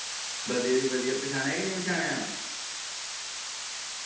बधिया जी बधिया पंछानेआ के नेईं पंछानेआ